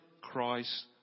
Christ